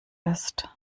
ist